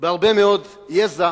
בהרבה מאוד יזע,